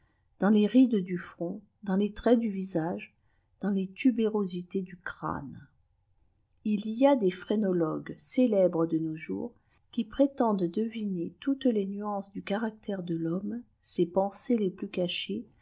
dajis les rides du froat dans les traits du visege dans les tubérosîtés du crâne il y ia des phrénologues célèbres de nos jours qui prétendent deviner toutes les nuances du caractère de riionime ses pënéëês les plus cachées